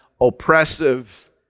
oppressive